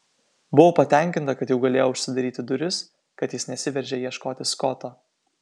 buvau patenkinta kad jau galėjau užsidaryti duris kad jis nesiveržė ieškoti skoto